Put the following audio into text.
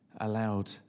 allowed